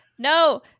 No